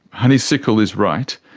honeysickle is right,